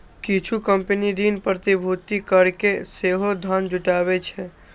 किछु कंपनी ऋण प्रतिभूति कैरके सेहो धन जुटाबै छै